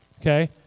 okay